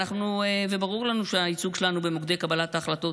אנחנו, ברור לנו שהייצוג שלנו במוקדי קבלת ההחלטות